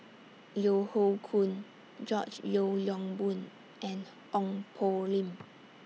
Yeo Hoe Koon George Yeo Yong Boon and Ong Poh Lim